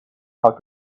how